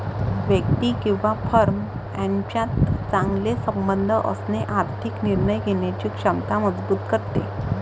व्यक्ती किंवा फर्म यांच्यात चांगले संबंध असणे आर्थिक निर्णय घेण्याची क्षमता मजबूत करते